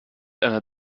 einer